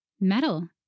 Metal